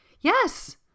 yes